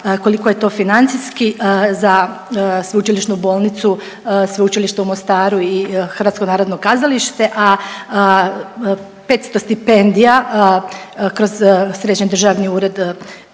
koliko je to financijski za Sveučilišnu bolnicu, Sveučilište u Mostaru i HNK, a, a 500 stipendija kroz Središnji državni ured